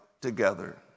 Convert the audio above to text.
together